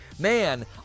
man